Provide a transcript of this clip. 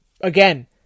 Again